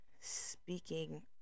speaking